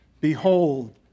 Behold